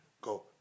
go